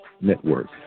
Network